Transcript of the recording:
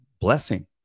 blessing